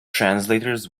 translators